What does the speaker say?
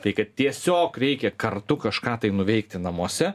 tai kad tiesiog reikia kartu kažką tai nuveikti namuose